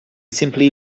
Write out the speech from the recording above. simply